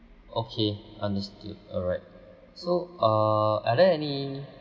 okay understood alright so uh are there any